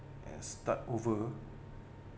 and start over